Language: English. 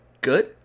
good